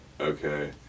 okay